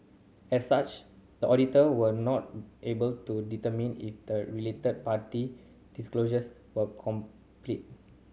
as such the auditor were not able to determine if the related party disclosures were complete